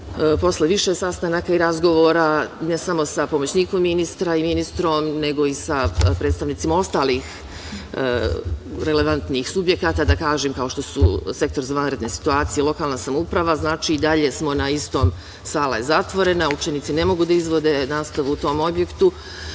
Posle više sastanaka i razgovora ne samo sa pomoćnikom ministra i ministrom, nego i sa predstavnicima ostalih relevantnih subjekata, da kažem, kao što su Sektor za vanredne situacije, lokalna samouprava, znači i dalje smo na istom. Sala je zatvorena, učenici ne mogu da izvode nastavu u tom objektu,